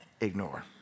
ignore